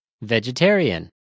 Vegetarian